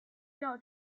调查